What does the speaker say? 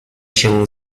się